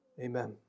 Amen